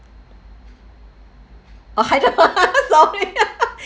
oh higher sorry